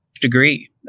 degree